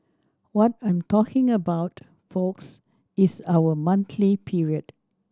what I'm talking about folks is our monthly period